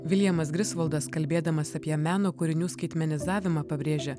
viljamas grisvaldas kalbėdamas apie meno kūrinių skaitmenizavimą pabrėžia